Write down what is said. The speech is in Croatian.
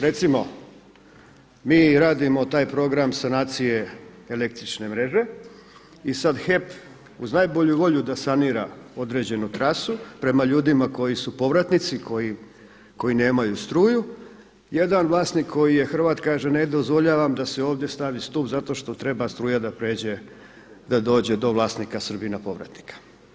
Recimo, mi radimo taj program sanacije električne mreže i sad HEP uz najbolju volju da sanira određenu trasu prema ljudima koji su povratnici koji nemaju struju, jedan vlasnik koji je Hrvat kaže ne dozvoljavam da se ovdje stavi stup zato što treba struja prijeći da dođe do vlasnika Srbina povratnika.